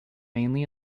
mainly